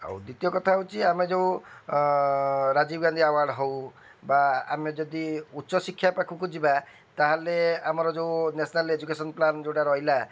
ଆଉ ଦ୍ଵିତୀୟ କଥା ହେଉଛି ଆମେ ଯୋଉ ରାଜୀବ ଗାନ୍ଧୀ ଆୱାର୍ଡ଼୍ ହେଉ ବା ଆମେ ଯଦି ଉଚ୍ଚ ଶିକ୍ଷା ପାଖକୁ ଯିବା ତାହେଲେ ଆମର ଯୋଉ ନ୍ୟାସ୍ନାଲ୍ ଏଜୁକେଶନ୍ ପ୍ଲାନ୍ ଯୋଉଟା ରହିଲା